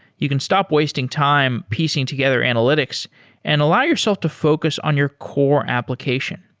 you can stop wasting time piecing together analytics and allow yourself to focus on your core application.